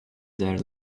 their